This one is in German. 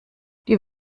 die